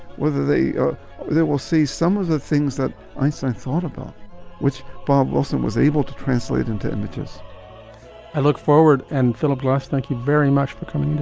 whether they ah they will see some of the things that i so thought about which bob wilson was able to translate into images i look forward. and philip glass, thank you very much for coming and